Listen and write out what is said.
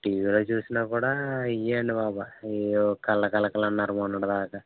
టీవీలో చూసినా కూడా ఇవే అండి బాబు ఇయ్యో కాళ్ళ కలకలు అన్నారు మొన్నటి దాకా